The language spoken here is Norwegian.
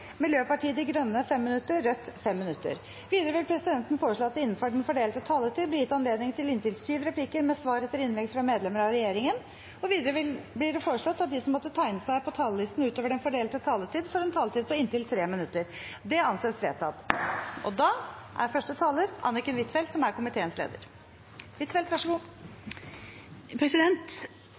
Miljøpartiet De Grønne 5 minutter og Rødt 5 minutter. Videre vil presidenten foreslå at det – innenfor den fordelte taletid – blir gitt anledning til inntil syv replikker med svar etter innlegg fra medlemmer av regjeringen. Videre blir det foreslått at de som måtte tegne seg på talerlisten utover den fordelte taletid, får en taletid på inntil 3 minutter. – Det anses vedtatt. Utenriksministeren startet sin gode redegjørelse med å snakke om viktigheten av et regelstyrt internasjonalt samarbeid, multilateralt samarbeid og